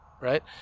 right